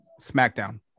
Smackdown